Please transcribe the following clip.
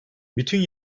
bütün